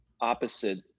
opposite